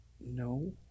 No